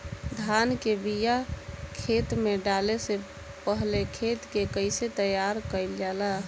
धान के बिया खेत में डाले से पहले खेत के कइसे तैयार कइल जाला?